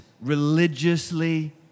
religiously